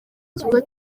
ikigo